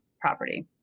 property